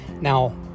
Now